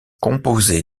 composée